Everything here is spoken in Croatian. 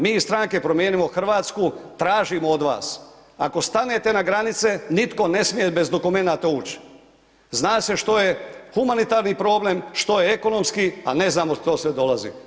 Mi iz stranke Promijenimo Hrvatsku tražimo od vas, ako stanete na granice, nitko ne smije bez dokumenata ući, zna se što je humanitarni problem, što je ekonomski, a ne znamo što sve dolazi.